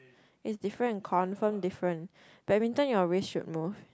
is different confirm different badminton your wrist should move